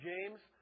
James